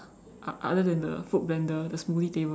uh other than the fruit blender the smoothie table